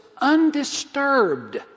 undisturbed